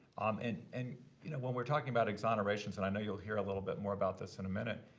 um and and you know when we're talking about exonerations and i know you'll hear a little bit more about this in a minute.